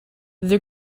the